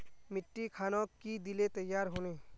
मिट्टी खानोक की दिले तैयार होने?